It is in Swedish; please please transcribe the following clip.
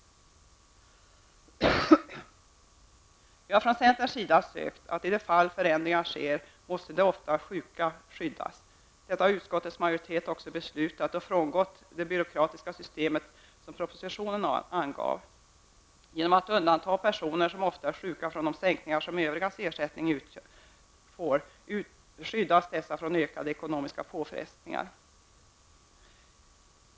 Vi i centerpartiet anser att de som ofta är sjuka måste skyddas när nu aktuella förändringar genomförs. Utskottets majoritet har också beslutat detta och frångått det byråkratiska system som propositionen angav. Genom att undanta personer som ofta är sjuka från de sänkningar som drabbar övrigas ersättning skyddas dessa från ökade ekonomiska påfrestningar.